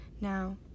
Now